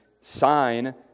sign